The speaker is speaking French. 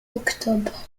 octobre